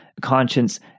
conscience